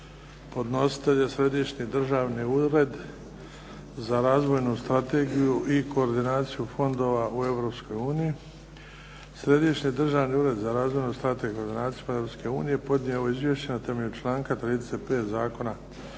Podnositelj: Središnji državni ured za razvojnu strategiju i koordinaciju fondova EU Središnji državni ured za razvojnu strategiju i koordinaciju fondova Europske unije podnio je ovo izvješće na temelju članka 35. članka